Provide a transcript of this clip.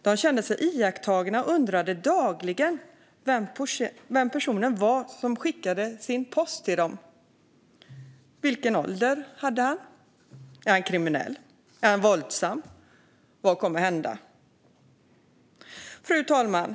De kände sig iakttagna och undrade dagligen vem personen var som skickade sin post till dem. Vilken ålder hade han? Var han kriminell? Var han våldsam? Vad skulle hända? Fru talman!